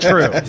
True